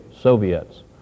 Soviets